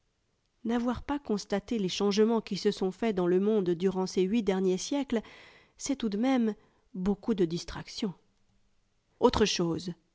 n'avoir pas constaté les changements qui se sont faits dans le monde durant ces huit derniers siècles c'est tout de même beaucoup de distraction autre chose